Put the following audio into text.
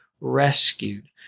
rescued